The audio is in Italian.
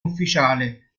ufficiale